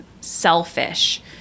selfish